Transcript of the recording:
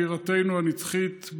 בירתנו הנצחית,